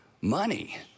money